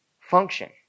function